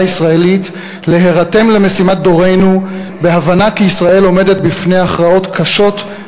הישראלית להירתם למשימת דורנו בהבנה כי ישראל עומדת בפני הכרעות קשות,